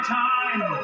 time